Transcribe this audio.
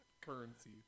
currency